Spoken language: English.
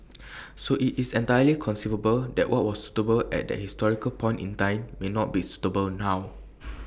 so IT is entirely conceivable that what was suitable at that historical point in time may not be suitable now